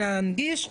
ולהנגיש,